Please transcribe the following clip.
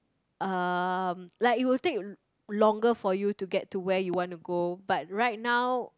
um like it will take longer for you to get to where you want to go but right now